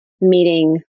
meeting